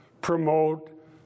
promote